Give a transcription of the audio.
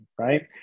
right